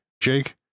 Jake